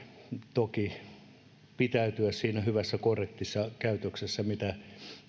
toki pitäytyä siinä hyvässä korrektissa käytöksessä mitä